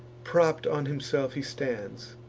propp'd on himself he stands